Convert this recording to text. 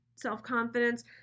self-confidence